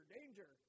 Danger